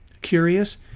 Curious